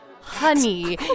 honey